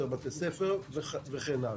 יותר בתי ספר וכן הלאה.